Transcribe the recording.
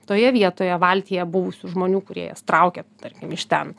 toje vietoje valtyje buvusių žmonių kurie jas traukė tarkim iš ten